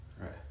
Right